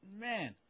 Man